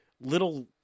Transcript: little